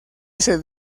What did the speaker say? ese